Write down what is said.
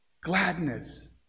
gladness